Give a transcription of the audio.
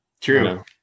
True